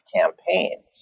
campaigns